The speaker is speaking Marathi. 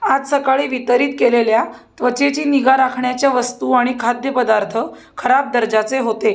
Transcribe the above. आज सकाळी वितरित केलेल्या त्वचेची निगा राखण्याच्या वस्तू आणि खाद्यपदार्थ खराब दर्जाचे होते